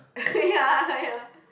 ya ya